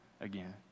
again